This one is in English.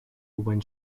when